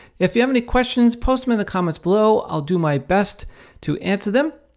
if you have any questions, post them in the comments below. i'll do my best to answer them.